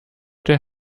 der